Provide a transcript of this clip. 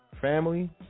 family